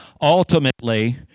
Ultimately